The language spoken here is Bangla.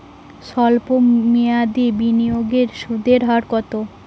সল্প মেয়াদি বিনিয়োগের সুদের হার কত?